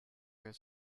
get